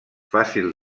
fàcil